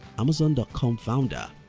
amazon dot com founder,